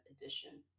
Edition